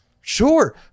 Sure